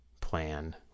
plan